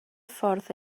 ffordd